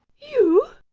you?